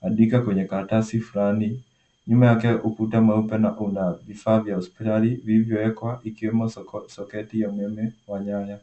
anaandika kwenye karatasi fulani. Nyuma yake ukuta mweupe na una vifaa vya hospitali vilivyowekwa ikiwemo soketi ya umeme wa nyanya.